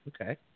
Okay